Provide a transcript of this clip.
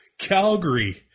Calgary